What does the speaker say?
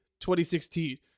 2016